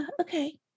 okay